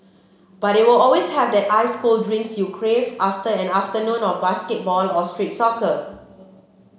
but they will always have that ice cold drinks you crave after an afternoon of basketball or street soccer